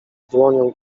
dłonią